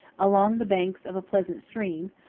along the banks of a pleasant stream,